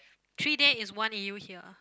three there is one A_U here